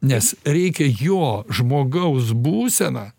nes reikia jo žmogaus būseną